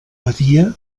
badia